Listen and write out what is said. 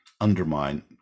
undermine